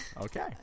Okay